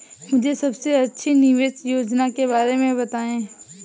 मुझे सबसे अच्छी निवेश योजना के बारे में बताएँ?